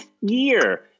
year